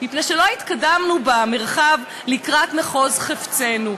משום שלא התקדמנו במרחב לקראת מחוז חפצנו.